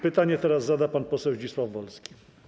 Pytanie teraz zada pan poseł Zdzisław Wolski.